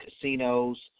casinos